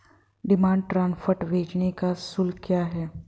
Demand draft भेजने का शुल्क क्या है?